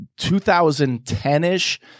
2010-ish